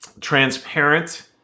transparent